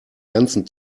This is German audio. ganzen